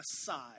aside